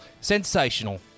Sensational